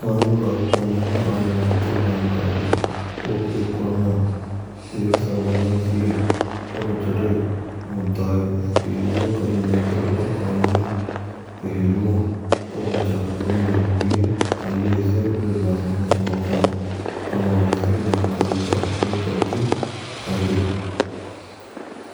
Kanoon lagu krne main anuvanshik jankari ko upyog karna ek sanvedanshil aur jatil mudda ha. Iske liye kayi naitik aur kanuni pahluon per vichar karno jaruri hai aaiae ise braj bhasha mein samajhte hain. Anuwanshik jankari ka upyog karke fayde.